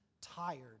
tired